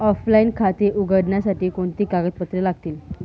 Offline खाते उघडण्यासाठी कोणती कागदपत्रे लागतील?